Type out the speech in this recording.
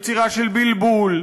יצירה של בלבול,